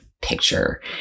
picture